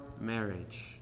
marriage